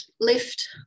lift